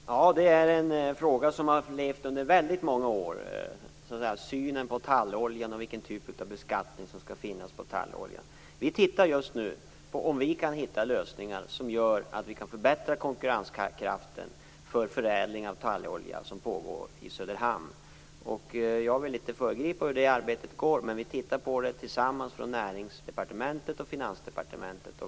Fru talman! Det är en fråga som har levt under många år, som handlar om synen på tallolja och vilken typ av beskattning som skall finnas på talloljan. Vi tittar just nu på om vi kan hitta lösningar som gör att vi kan förbättra konkurrenskraften för den förädling av tallolja som sker i Söderhamn. Jag vill inte föregripa det arbetet, men vi tittar på det tillsammans från Näringsdepartementet och Finansdepartementet.